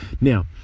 Now